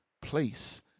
place